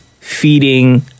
feeding